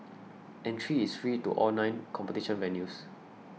entry is free to all nine competition venues